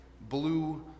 Blue